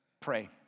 Pray